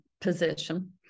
position